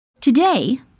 Today